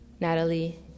Natalie